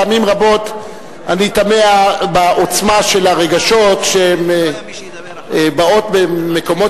פעמים רבות אני תמה על העוצמה של הרגשות שבאים במקומות